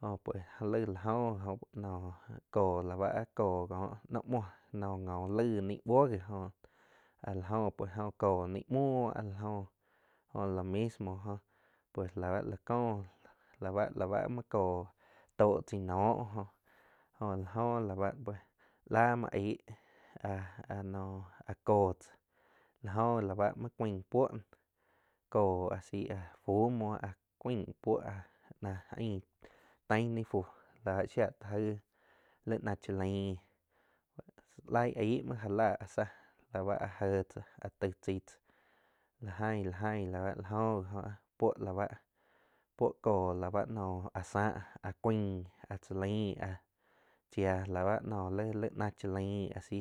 jo pues lai la jóh oh kóh la bá a kóh kóh noh muoh njo laig ní buo ji on na la jo pues kó ni muoh a la jó jo lo mismo jóh pues va la kóh la ba muo kóh tóh chaig noh jó jo la jo va la muoh aig áh-áh noh kó tzá láh jóh la bá muo cuain puo noh kó ah sí, ah fu muoh cuain puo na ain taig ni fu la shia ti aig li náh cha laing. Laig aig mho já láh áh tzá la báh áh jé tsá áh taig chai tzá la aing la aing la bah la joh gí puo la ba puo kó la bá noh áh tsaá áh cuian áh sá cha laing chia la ba noh li-li náh cha laing a si.